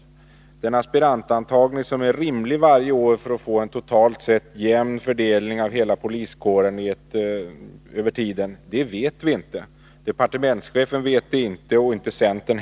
Vilken aspirantantagning som är rimlig varje år för att man skall få en totalt sett jämn fördelning av poliskåren över tiden vet vi inte — det vet varken departementschefen eller centern.